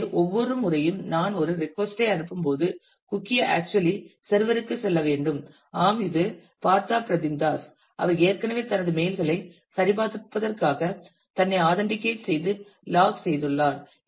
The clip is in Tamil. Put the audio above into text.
எனவே ஒவ்வொரு முறையும் நான் ஒரு ரிக்வெஸ்ட் ஐ அனுப்பும்போது குக்கீ ஆக்சுவலி சர்வர் ற்குச் செல்ல வேண்டும் ஆம் இது பார்த்தா பிரதிம் தாஸ் அவர் ஏற்கனவே தனது களைச் சரிபார்ப்பதற்காக தன்னை ஆதன்டிகேட் செய்து லாக் செய்துள்ளார்